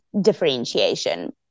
differentiation